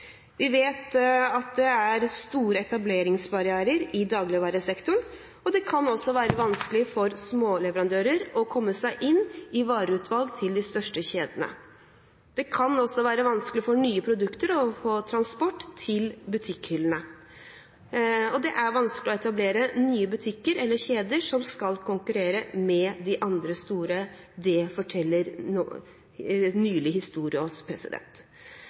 Vi vet at det er store etableringsbarrierer i dagligvaresektoren, og det kan også være vanskelig for småleverandører å komme seg inn i vareutvalget til de største kjedene. Det kan også være vanskelig for nye produkter å få transport til butikkhyllene, og det er vanskelig å etablere nye butikker eller kjeder som skal konkurrere med de andre store. Det forteller nylig historie oss.